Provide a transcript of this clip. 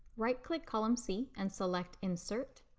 right click column c and select insert.